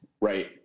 right